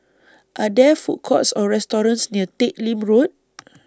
Are There Food Courts Or restaurants near Teck Lim Road